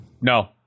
No